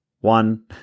One